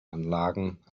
anlagen